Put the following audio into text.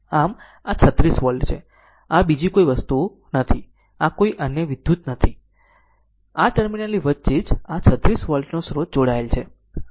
આમ અને આ 36 વોલ્ટ છે અને આ બીજી કોઈ વસ્તુ નથી આ કોઈ અન્ય વિદ્યુત નથી આ ટર્મિનલની વચ્ચે જ આ 36 વોલ્ટનો સ્રોત જોડાયેલ છે